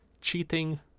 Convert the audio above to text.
cheating